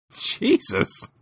Jesus